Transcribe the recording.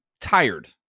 tired